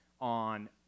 on